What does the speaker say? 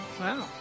Wow